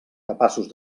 capaços